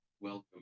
welcome